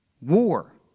war